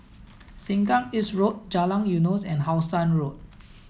Sengkang East Road Jalan Eunos and How Sun Road